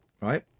right